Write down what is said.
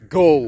go